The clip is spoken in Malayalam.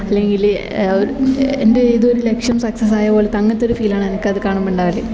അല്ലെങ്കിൽ ഒരു എൻ്റെ ഏതോ ഒരു ലക്ഷ്യം സക്സസ്സ് ആയപോലത്തെ അങ്ങനെത്തൊരു ഫീലാണ് എനിക്കത് കാണുമ്പോൾ ഉണ്ടാവൽ